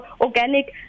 organic